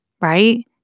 right